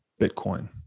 Bitcoin